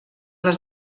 les